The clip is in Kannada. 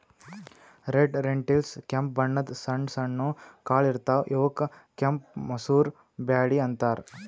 ರೆಡ್ ರೆಂಟಿಲ್ಸ್ ಕೆಂಪ್ ಬಣ್ಣದ್ ಸಣ್ಣ ಸಣ್ಣು ಕಾಳ್ ಇರ್ತವ್ ಇವಕ್ಕ್ ಕೆಂಪ್ ಮಸೂರ್ ಬ್ಯಾಳಿ ಅಂತಾರ್